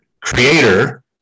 creator